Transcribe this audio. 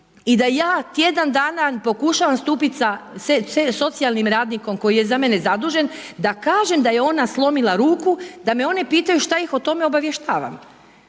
i da ja tjedan dana pokušavam stupiti sa socijalnim radnikom koji je za mene zadužen, da kažem da je ona slomila ruku, da me oni pitaju šta ih o tome obavještavam.